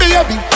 Baby